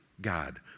God